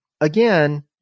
Again